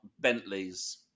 Bentleys